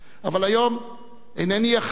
אבל היום אינני יחיד,